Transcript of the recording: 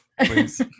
please